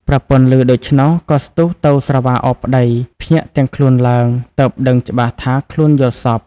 ប្រពន្ធឮដូច្នោះ ក៏ស្ទុះទៅស្រវាឱបប្តី ភ្ញាក់ទាំងខ្លួនឡើង ទើបដឹងច្បាស់ថាខ្លួនយល់សប្តិ ។